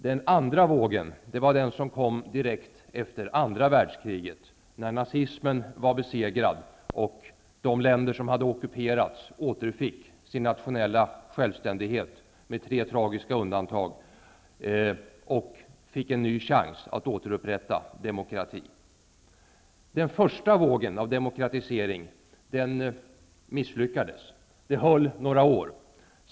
Den andra vågen kom direkt efter andra världskriget, när nazismen var besegrad och de länder som hade ockuperats -- med tre tragiska undantag -- återfick sin nationella självständighet och fick en ny chans att återupprätta demokratin. Den första vågen av demokratisering misslyckades. Det höll några år.